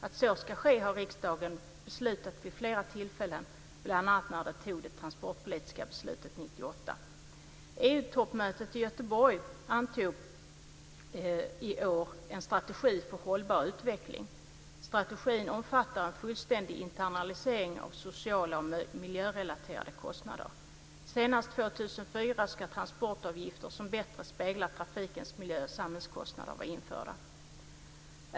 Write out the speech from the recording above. Att så ska ske har riskdagen beslutat vid flera tillfällen, bl.a. när den fattade det transportpolitiska principbeslutet 1998. EU-toppmötet i Göteborg i år antog en strategi för hållbar utveckling. Strategin innefattar en fullständig internalisering av sociala och miljörelaterade kostnader. Senast 2004 ska transportavgifter som bättre speglar trafikens miljö och samhällskostnader vara införda.